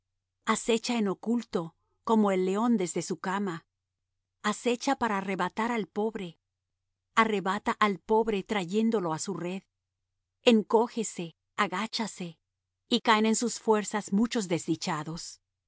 acecha en oculto como el león desde su cama acecha para arrebatar al pobre arrebata al pobre trayéndolo á su red encógese agáchase y caen en sus fuerzas muchos desdichados